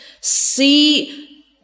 see